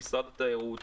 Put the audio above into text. ממשרד התיירות,